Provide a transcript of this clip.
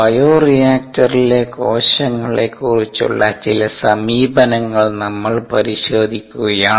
ബയോറിയാക്ടറിലെ കോശങ്ങളെ കുറിച്ചുള്ള ചില സമീപനങ്ങൾ നമ്മൾ പരിശോധിക്കുകയാണ്